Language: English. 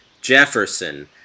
Jefferson